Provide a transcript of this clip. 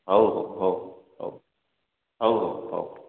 ହଉ ହଉ ହଉ ହଉ ହଉ ହଉ ହଉ